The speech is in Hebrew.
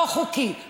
לא חוקי,